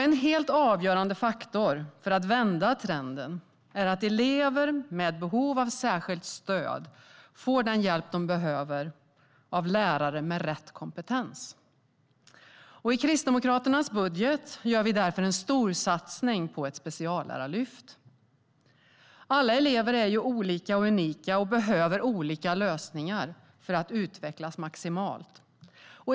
En helt avgörande faktor för att vända trenden är att elever med behov av särskilt stöd får den hjälp de behöver av lärare med rätt kompetens. I Kristdemokraternas budget gör vi därför en storsatsning på ett speciallärarlyft. Alla elever är olika och unika och behöver olika lösningar för att utvecklas maximalt.